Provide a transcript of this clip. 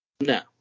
No